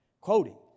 Quoting